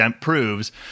proves